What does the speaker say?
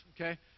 okay